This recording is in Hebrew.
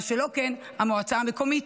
מה שלא כן המועצה המקומית.